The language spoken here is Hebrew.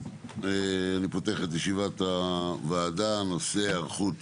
אני פותח את ישיבת הוועדה בנושא היערכות